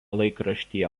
laikraštyje